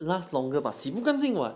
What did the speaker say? last longer but 洗不干净 [what]